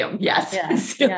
yes